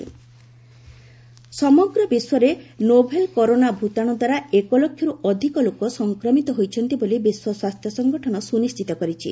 WHO corona ସମଗ୍ର ବିଶ୍ୱରେ novel corona ଭୂତାଣୁ ଦ୍ୱାରା ଏକଲକ୍ଷରୁ ଅଧିକ ଲୋକ ସଂକ୍ରମିତ ହୋଇଛନ୍ତି ବୋଲି ବିଶ୍ୱ ସ୍ୱାସ୍ଥ୍ୟ ସଂଗଠନ ସୁନିଶ୍ଚିତ କରିଛି